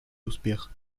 успех